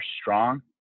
strong